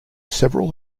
several